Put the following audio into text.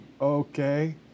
Okay